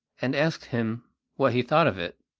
and asked him what he thought of it.